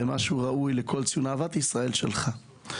זה משהו ראוי לכל, אהבת ישראל שלך.